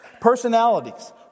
Personalities